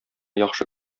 яхшы